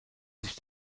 sich